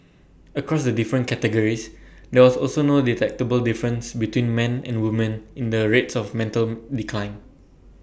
across the different categories there was also no detectable difference between men and women in the rates of mental decline